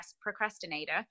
procrastinator